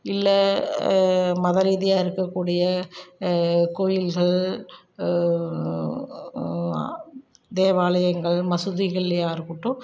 இல்லை மத ரீதியாக இருக்கக்கூடிய கோவில்கள் தேவாலயங்கள் மசூதிகள்லையாகட்டும்